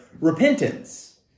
repentance